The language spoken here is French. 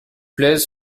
plaisent